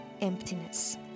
emptiness